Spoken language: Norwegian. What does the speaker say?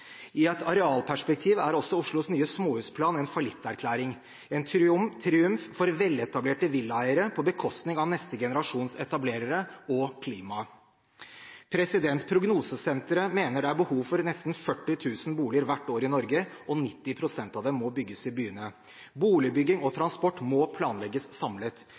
I et arealperspektiv er også Oslos nye småhusplan en fallitterklæring – en triumf for veletablerte villaeiere på bekostning av neste generasjons etablerere og klimaet. Prognosesenteret mener det er behov for nesten 40 000 boliger hvert år i Norge, og 90 pst. av dem må bygges i byene. Boligbygging og transport må planlegges samlet.